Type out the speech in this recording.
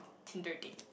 Tinder date